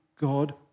God